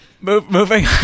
Moving